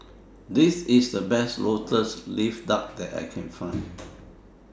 This IS The Best Lotus Leaf Duck that I Can Find